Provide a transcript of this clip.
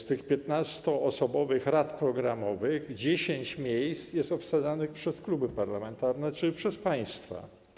W tych 15-osobowych radach programowych 10 miejsc jest obsadzanych przez kluby parlamentarne, czyli przez państwa.